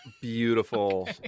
Beautiful